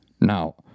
Now